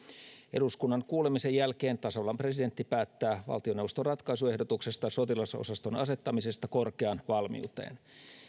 eduskunnan kuulemisen jälkeen tasavallan presidentti päättää valtioneuvoston ratkaisuehdotuksesta sotilasosaston asettamisesta korkeaan valmiuteen